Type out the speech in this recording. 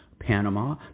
Panama